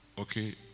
okay